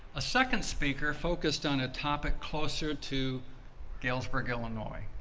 a second speaker focused on a topic closer to galesburg, illinois.